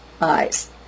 eyes